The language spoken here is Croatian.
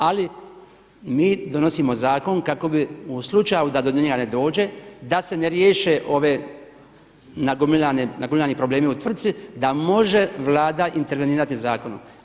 Ali mi donosimo zakon kako bi u slučaju da do njega ne dođe da se ne riješe ove nagomilani problemi u tvrtci, da može Vlada intervenirati zakonom.